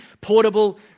portable